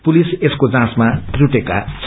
police यसको जाँचमा जुटेको छ